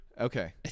okay